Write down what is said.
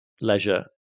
leisure